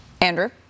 Andrew